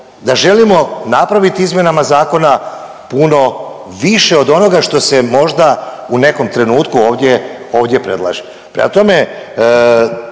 da želimo napraviti izmjenama zakona puno više od onoga što se možda u nekom trenutku ovdje, ovdje predlaže. Prema tome,